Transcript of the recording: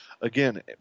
Again